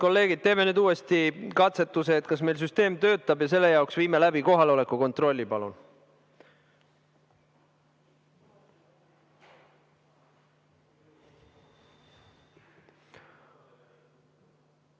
teeme nüüd uuesti katsetuse, kas meil süsteem töötab. Selle jaoks viime läbi kohaloleku kontrolli. Palun!